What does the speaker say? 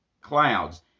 clouds